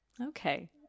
Okay